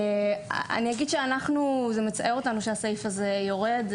זה מצער אותנו שהסעיף הזה יורד.